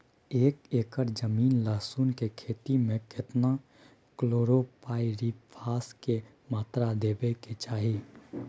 एक एकर जमीन लहसुन के खेती मे केतना कलोरोपाईरिफास के मात्रा देबै के चाही?